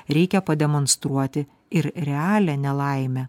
reikia pademonstruoti ir realią nelaimę